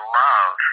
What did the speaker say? love